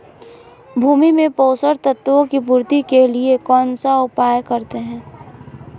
भूमि में पोषक तत्वों की पूर्ति के लिए कौनसा उपाय करते हैं?